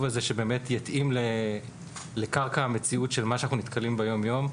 הזה שיתאים לקרקע המציאות של מה שאנחנו נתקלים בו יום-יום.